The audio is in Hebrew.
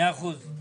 מאה אחוז.